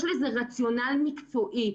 יש לזה רציונל מקצועי.